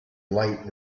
light